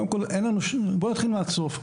קודם כל, נתחיל מהסוף.